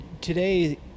today